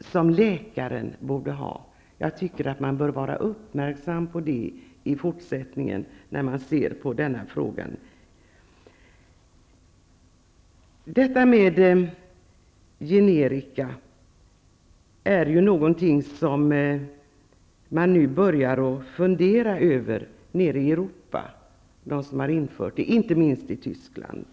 som läkaren borde ha. Jag tycker att man bör vara uppmärksam på det i fortsättningen, när man ser på denna fråga. Detta med generika är ju någontin som man nu börjar fundera över nere i Europa bland dem som har infört det, inte minst i Tyskland.